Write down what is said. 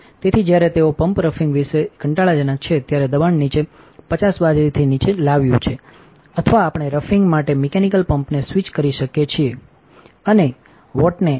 તેથી જ્યારે તેઓ પમ્પ રફિંગ વિશે કંટાળાજનક છે ત્યારે દબાણ નીચે 50 બાજરીથી નીચે લાવ્યું છે અથવા આપણે રફિંગ માટે મિકેનિકલ પમ્પને સ્વીચ કરી શકીએ છીએ અને wંચા વોટને ચાલુ કરી શકીએ છીએ